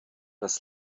das